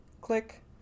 Click